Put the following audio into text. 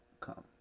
come